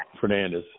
Fernandez